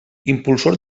impulsor